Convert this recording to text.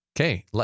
Okay